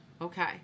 Okay